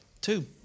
Two